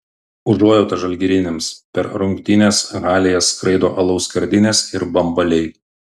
užuojauta žalgiriniams per rungtynes halėje skraido alaus skardinės ir bambaliai